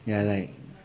ya like